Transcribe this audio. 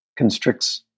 constricts